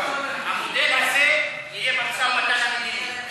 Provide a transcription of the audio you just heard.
הרווחה והבריאות נתקבלה.